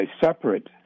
separate